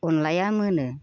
अनलाया मोनो